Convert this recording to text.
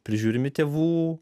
prižiūrimi tėvų